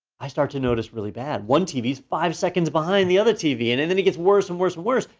i start to notice really bad one tv is five seconds behind the other tv. and and then it gets worse and worse and worse,